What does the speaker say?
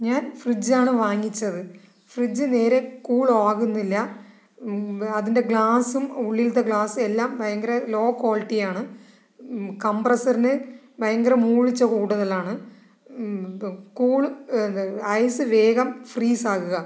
ഞാൻ ഫ്രിഡ്ജ് ആണ് വാങ്ങിച്ചത് ഫ്രിഡ്ജ് നേരെ കൂൾ ആകുന്നില്ല അതിൻ്റെ ഗ്ലാസും ഉള്ളിലത്തെ ഗ്ലാസ്സെല്ലാം ഭയങ്കര ലോ ക്വാളിറ്റി ആണ് കമ്പ്രെസറിന് ഭയങ്കര മൂളിച്ച കൂടുതലാണ് കൂൾ ഐസ് വേഗം ഫ്രീസ് ആകുക